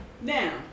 Now